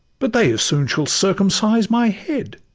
but they as soon shall circumcise my head!